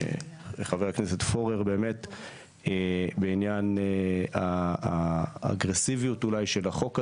חבר הכנסת פורר בעניין האגרסיביות אולי של החוק הזה,